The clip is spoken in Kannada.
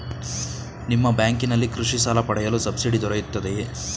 ನಿಮ್ಮ ಬ್ಯಾಂಕಿನಲ್ಲಿ ಕೃಷಿ ಸಾಲ ಪಡೆಯಲು ಸಬ್ಸಿಡಿ ದೊರೆಯುತ್ತದೆಯೇ?